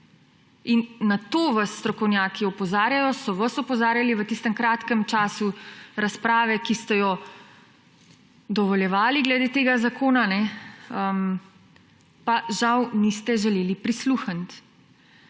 In na to vas strokovnjaki opozarjajo, so vas opozarjali v tistem kratkem času razprave, ki ste jo dovoljevali glede tega zakona, pa žal niste želeli prisluhniti.